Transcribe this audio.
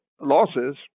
losses